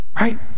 Right